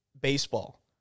baseball